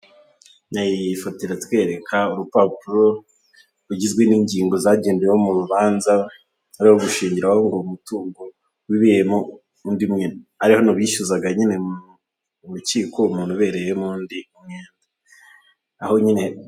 Iyi foto iratwereka urupapuro rugizwe n'ingingo zagendeweho mu rubanza ari gushingiraho ngo umutungo wibereyemo undi ari hano bishyuzaga nyine urukiko umuntu ubereyemo undi umwenda